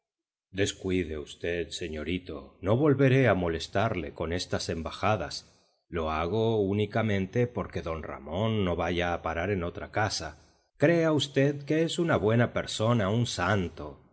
descuide v señorito no volveré a molestarle con estas embajadas lo hago únicamente porque d ramón no vaya a parar a otra casa crea v que es una buena persona un santo